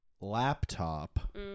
laptop